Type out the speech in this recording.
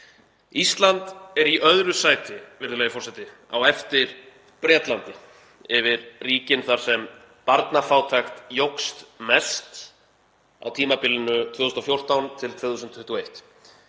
Ísland er í öðru sæti, virðulegi forseti, á eftir Bretlandi yfir ríkin þar sem barnafátækt jókst mest á tímabilinu 2014–2021.